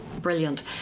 Brilliant